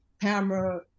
camera